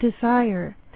desire